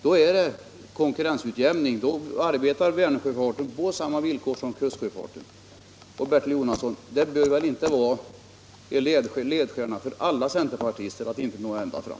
Då blir det konkurrensutjämning. Då arbetar Vänersjöfarten på samma villkor som kustsjöfarten. Och, Bertil Jonasson, det måste väl inte vara en ledstjärna för alla centerpartister att inte nå ända fram!